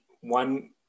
one